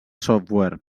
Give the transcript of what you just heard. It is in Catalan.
software